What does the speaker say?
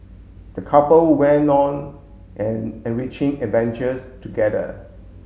the couple went on an enriching adventures together